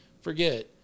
forget